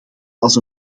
als